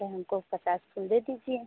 तो हमको पचास रूपए में दे दीजिए